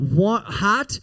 hot